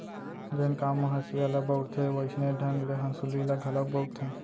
जेन काम म हँसिया ल बउरथे वोइसने ढंग ले हँसुली ल घलोक बउरथें